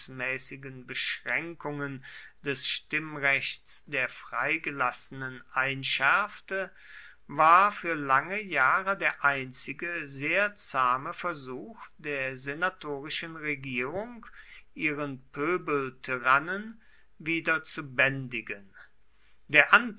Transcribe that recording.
verfassungsmäßigen beschränkungen des stimmrechts der freigelassenen einschärfte war für lange jahre der einzige sehr zahme versuch der senatorischen regierung ihren pöbeltyrannen wieder zu bändigen der